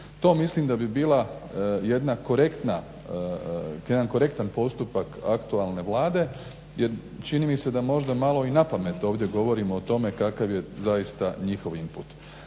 To mislim da bi bila jedna korektna, jedan korektan postupak aktualne Vlade jer čini mi se da možda malo i napamet ovdje govorimo o tome kakav je zaista njihov input.